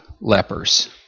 lepers